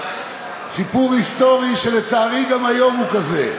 סיפור היסטורי, שלצערי, גם היום הוא כזה.